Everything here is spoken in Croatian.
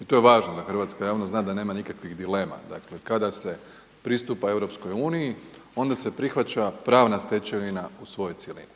i to je važnost da hrvatska javnost zna da nema nikakvih dilema, dakle kada se pristupa EU onda se prihvaća pravna stečevina u svoj cjelini.